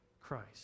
Christ